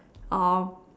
oh